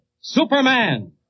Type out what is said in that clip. Superman